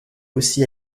aussi